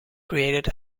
created